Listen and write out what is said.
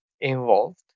involved